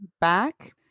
back